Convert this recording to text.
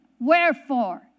Wherefore